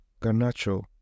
Garnacho